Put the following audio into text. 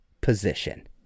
position